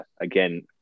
again